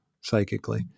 psychically